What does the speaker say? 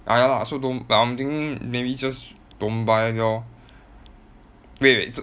ah ya lah so don't but I'm thinking maybe just don't buy lor wait so